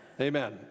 Amen